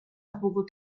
pogut